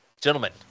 gentlemen